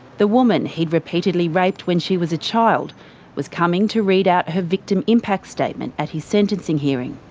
the woman he'd repeatedly raped when she was a child was coming to read out her victim impact statement at his sentencing hearing.